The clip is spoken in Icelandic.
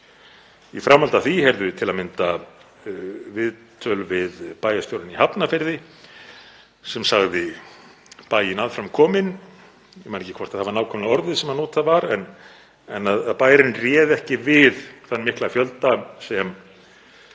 Í framhaldi af því heyrðum við til að mynda viðtöl við bæjarstjórann í Hafnarfirði sem sagði bæinn aðframkominn, ég man ekki hvort það var nákvæmlega orðið sem notað var, en að bærinn réði ekki við þann mikla fjölda sem